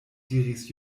diris